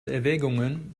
erwägungen